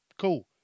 Cool